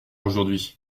aujourd’hui